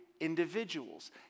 individuals